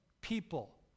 people